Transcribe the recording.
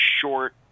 short